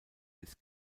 bis